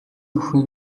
бүхэн